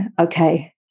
okay